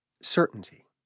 certainty